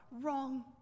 Wrong